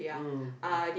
mm mm